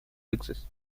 exist